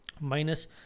minus